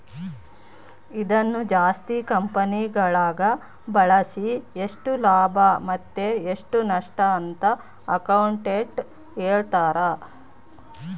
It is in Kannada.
ಇದನ್ನು ಜಾಸ್ತಿ ಕಂಪೆನಿಗಳಗ ಬಳಸಿ ಎಷ್ಟು ಲಾಭ ಮತ್ತೆ ಎಷ್ಟು ನಷ್ಟಅಂತ ಅಕೌಂಟೆಟ್ಟ್ ಹೇಳ್ತಾರ